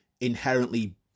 inherently